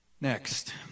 Next